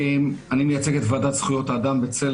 אני מייצג את ועדת זכויות האדם בצל